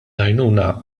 għajnuna